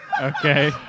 Okay